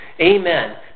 Amen